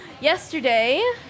yesterday